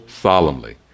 solemnly